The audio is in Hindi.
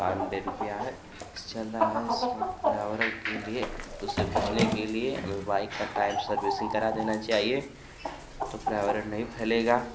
बानवे रुपया है चल रहा है इस वक्त पर्यावरण के लिए उसे बचने के लिए बाइक़ की टाइम से सर्विसिन्ग करा देनी चाहिए तो पर्यावरण नहीं फैलेगा